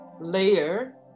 layer